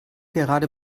gerade